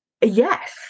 Yes